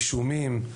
אישומים,